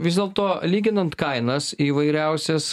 vis dėlto lyginant kainas įvairiausias